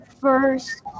first